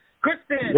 Kristen